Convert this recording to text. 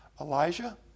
elijah